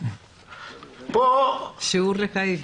שיעור לחיים.